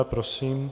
Prosím.